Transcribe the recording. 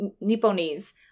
Nipponese